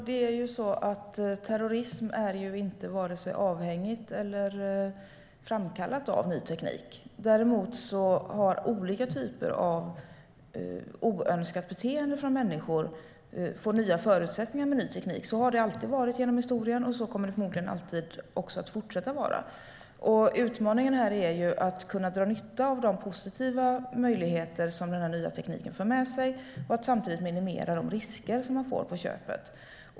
Herr talman! Terrorism är inte vare sig avhängigt eller framkallat av ny teknik. Däremot får olika typer av oönskat beteende nya förutsättningar med ny teknik. Så har det alltid varit genom historien, och så kommer det förmodligen alltid att vara. Utmaningen här är att dra nytta av de positiva möjligheter som den nya tekniken för med sig och samtidigt minimera de risker som man får på köpet.